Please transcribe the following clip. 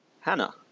Hannah